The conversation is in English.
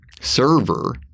server